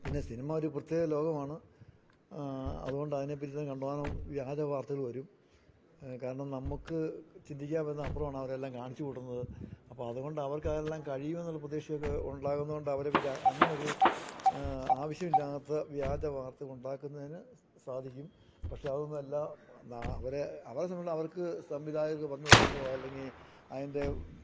പിന്നെ സിനിമ ഒരു പ്രത്യേക ലോകമാണ് അതുകൊണ്ട് അതിനെ പിടിച്ച് കണ്ടമാനം വ്യാജ വാർത്തകൾ വരും കാരണം നമുക്ക് ചിന്തിക്കാൻ പറ്റുന്നത് അപ്പുറമാണ് അവർ എല്ലാം കാണിച്ചു കൂട്ടുന്നത് അപ്പം അതുകൊണ്ട് അവർക്ക് അതെല്ലാം കഴിയും എന്നുള്ള പ്രതീക്ഷ ഒക്കെ ഉണ്ടാകുന്ന കൊണ്ട് അവരെപ്പറ്റി അങ്ങനെ ഒരു ആവശ്യമില്ലാത്ത വ്യാജവാർത്ത ഉണ്ടാക്കുന്നതിന് സാധിക്കും പക്ഷേ അതൊന്നും അല്ല അവരെ അവരെ അവർക്ക് സംവിധായകർ പറഞ്ഞു കൊടുക്കുന്നതോ അല്ലെങ്കിൽ അതിൻ്റെ